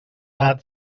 gat